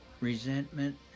resentment